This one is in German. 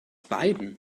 beiden